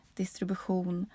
distribution